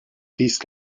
this